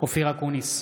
אופיר אקוניס,